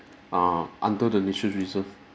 uh under the nature's reserve